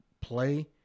play